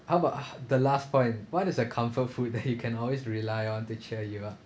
how about ha the last point what is the comfort food that you can always rely on to cheer you up